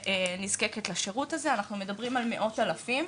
שנזקקת לשירות הזה - אנחנו מדברים על מאות אלפים.